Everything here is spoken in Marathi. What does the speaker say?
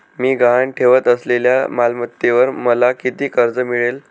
मी गहाण ठेवत असलेल्या मालमत्तेवर मला किती कर्ज मिळेल?